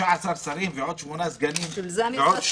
שרים ועוד שמונה סגנים -- בשביל זה אני עושה